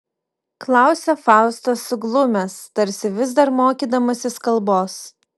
klausia faustas suglumęs tarsi vis dar mokydamasis kalbos